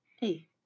Hey